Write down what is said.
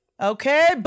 Okay